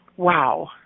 Wow